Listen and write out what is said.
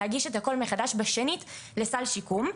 להגיש את הכול מחדש בשנית לסל שיקום,